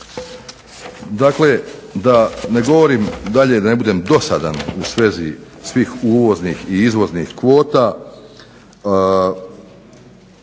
Dakle, da ne govorim dalje da ne budem dosadan u svezi svih uvoznih i izvoznih kvota.